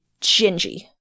Gingy